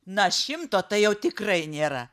na šimto tai jau tikrai nėra